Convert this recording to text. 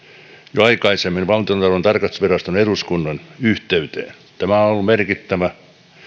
jo aikaisemmin valtiontalouden tarkastusviraston eduskunnan yhteyteen tämä on ollut merkittävä